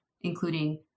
including